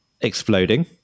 exploding